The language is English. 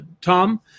Tom